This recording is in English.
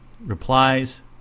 replies